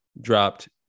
dropped